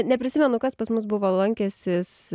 neprisimenu kas pas mus buvo lankęsis